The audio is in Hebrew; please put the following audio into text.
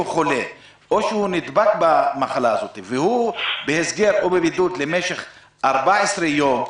חולה והוא בהסגר או בידוד למשך 14 יום,